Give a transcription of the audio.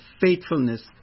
faithfulness